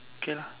okay